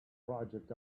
project